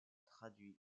traduits